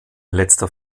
letzter